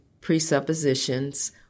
presuppositions